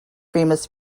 famous